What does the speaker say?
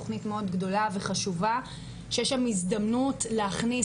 תכנית מאוד גדולה וחשובה שיש שם הזדמנות להכניס